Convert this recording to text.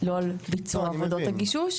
לא על ביצוע עבודות הגישוש.